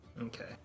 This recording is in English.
Okay